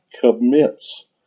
commits